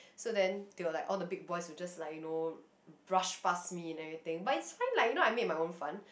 so then they were like all the big boys were just like you know rush pass me and everything but it's fine like you know I made my own fun